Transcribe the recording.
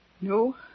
No